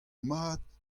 mat